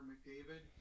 McDavid